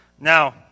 Now